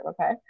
okay